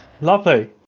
Lovely